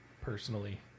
personally